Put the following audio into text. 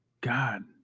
God